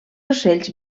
ocells